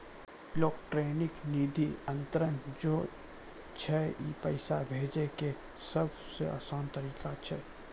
electronic निधि अन्तरन जे छै ई पैसा भेजै के सभ से असान तरिका छै